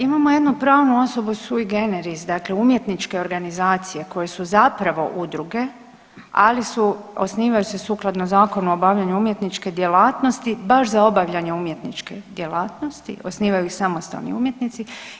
Imao jednu pravnu osobu sui generis dakle umjetničke organizacije koje su zapravo udruge, ali su, osnivaju se sukladno Zakonu o obavljanju umjetničke djelatnosti, baš za obavljanje umjetničke djelatnosti, osnivaju samostalni umjetnici.